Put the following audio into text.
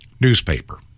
newspaper